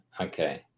Okay